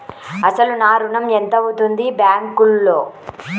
అసలు నా ఋణం ఎంతవుంది బ్యాంక్లో?